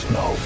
no